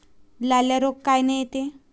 लाल्या रोग कायनं येते?